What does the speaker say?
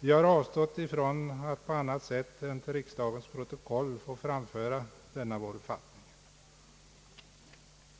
Vi har avstått ifrån att på annat sätt än till riksdagens protokoll framföra denna vår uppfattning.